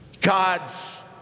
God's